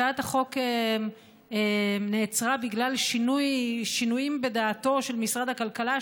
הצעת החוק נעצרה בגלל שינויים בדעתו של משרד הכלכלה,